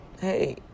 hey